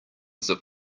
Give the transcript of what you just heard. zip